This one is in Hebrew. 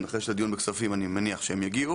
אני מניח שאחרי ועדת הכספים שהם יגיעו.